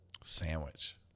Sandwich